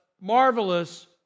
marvelous